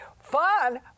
fun